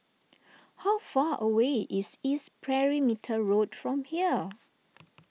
how far away is East Perimeter Road from here